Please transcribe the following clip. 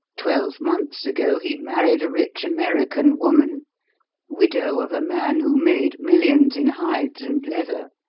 twelve months ago he married a rich american woman widow of a man who made millions in hides and leather.